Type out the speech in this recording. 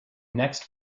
next